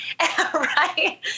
Right